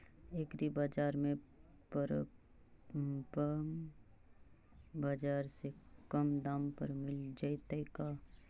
एग्रीबाजार में परमप बाजार से कम दाम पर मिल जैतै का?